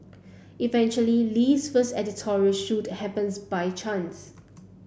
eventually Lee's first editorial shoot happens by chance